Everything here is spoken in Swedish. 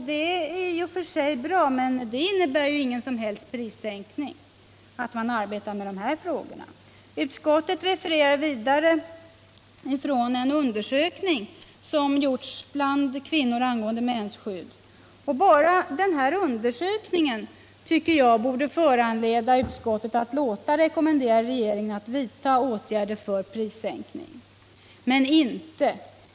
Det är i och för sig bra, men det innebär ingen prissänkning att man arbetar med de frågorna. Utskottet refererar vidare till en undersökning som gjorts bland kvinnor angående mensskydd. Bara denna undersökning borde föranleda utskottet att låta rekommendera regeringen att vidta åtgärder för prissänkning. Men så har inte skett.